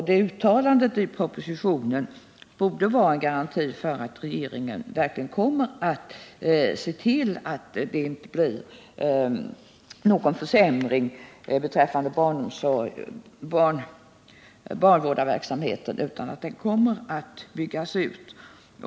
Det uttalandet i propositionen borde vara en garanti för att regeringen verkligen kommer att se till att det inte blir någon försämring beträffande barnvårdarverksamheten utan att den kommer att byggas ut.